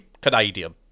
Canadian